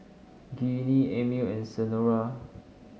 Ginny Amil and Senora